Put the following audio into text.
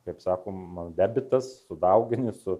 kaip sakoma debitas sudaugini su